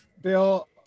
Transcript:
bill